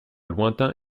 lointain